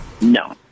No